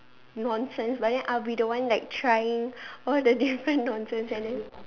nonsense but then I'll be the one like trying all the different nonsense and then